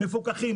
מפוקחים,